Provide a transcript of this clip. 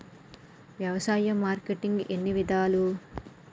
వ్యవసాయ మార్కెటింగ్ ఎన్ని విధాలు?